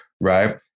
right